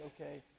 okay